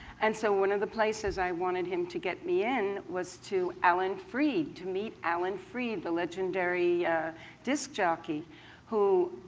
and so one of the places i wanted him to get me in was to alan freed, to meet alan freed, the legendary disk jockey who,